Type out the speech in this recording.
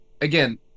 again